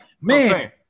Man